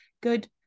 good